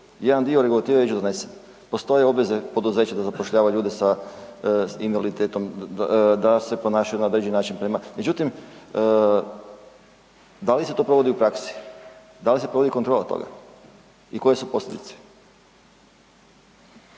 Jedan dio regulative je već donesen, postoje obveze poduzeća da zapošljavaju osobe s invaliditetom, da se ponašaju na određeni način, međutim da li se to provodi u praksi? Da li se provodi kontrola toga i koje su posljedice?